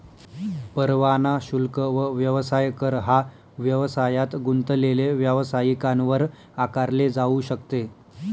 परवाना शुल्क व व्यवसाय कर हा व्यवसायात गुंतलेले व्यावसायिकांवर आकारले जाऊ शकते